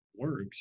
works